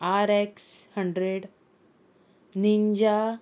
RX hundred ninja